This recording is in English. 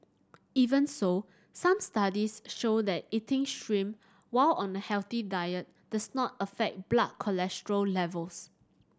even so some studies show that eating shrimp while on a healthy diet does not affect blood cholesterol levels